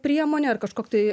priemonė ar kažkoks tai